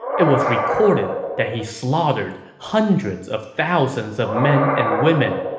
it was recorded that he slaughtered hundreds of thousands of men and women,